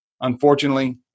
unfortunately